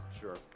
Sure